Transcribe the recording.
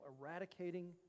eradicating